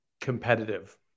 competitive